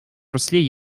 русле